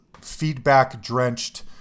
feedback-drenched